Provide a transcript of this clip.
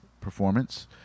performance